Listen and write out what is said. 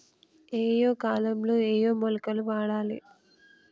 ఏయే కాలంలో ఏయే మొలకలు వాడాలి?